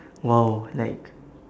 !wow! like